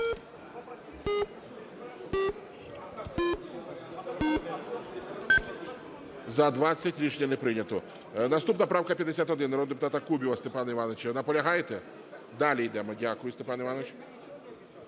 За-20 Рішення не прийнято. Наступна - правка 51, народний депутата Кубіва Степана Івановича. Наполягаєте? Далі йдемо. Дякую, Степане Івановичу.